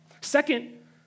Second